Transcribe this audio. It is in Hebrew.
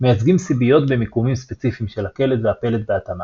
מייצגים סיביות במיקומים ספציפיים של הקלט והפלט בהתאמה.